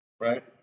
right